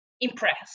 impressed